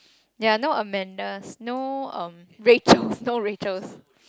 ya no Amandas no um Rachels no Rachels